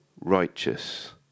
righteous